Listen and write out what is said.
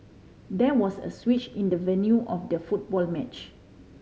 there was a switch in the venue of the football match